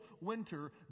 winter